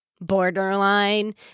borderline